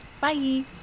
Bye